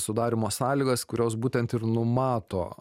sudarymo sąlygas kurios būtent ir numato